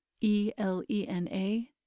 E-L-E-N-A